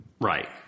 Right